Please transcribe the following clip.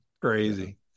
crazy